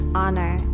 honor